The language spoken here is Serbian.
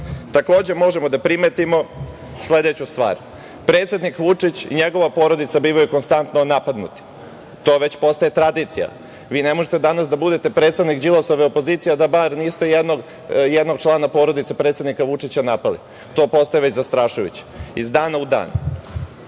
Takođe, možemo da primetimo sledeću stvar. Predsednik Vučić i njegova porodica bivaju konstantno napadnuti, to već postaje tradicija. Vi ne možete danas da budete predstavnik Đilasove opozicije a da bar niste jednog člana porodice predsednika Vučića napali. To postaje već zastrašujuće, iz dana u dan.